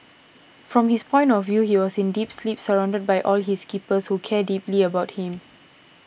from his point of view he was in deep sleep surrounded by all his keepers who care deeply about him